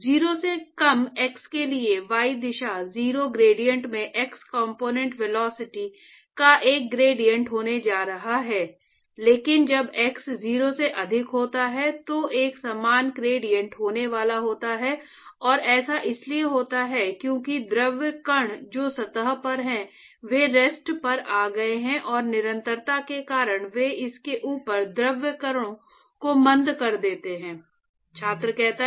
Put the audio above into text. तो 0 से कम x के लिए y दिशा 0 ग्रेडिएंट में x कॉम्पोनेन्ट वेलोसिटी का एक ग्रेडिएंट होने जा रहा है लेकिन जब x 0 से अधिक होता है तो एक परिमित ग्रेडिएंट होने वाला होता है और ऐसा इसलिए होता है क्योंकि द्रव कण जो सतह पर हैं वे रेस्ट पर आ गए हैं और निरंतरता के कारण वे इसके ऊपर द्रव कणों को मंद कर देते हैं